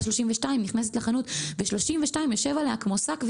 32 נכנסת לחנות ו-32 יושב עליה כמו שק,